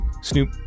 Snoop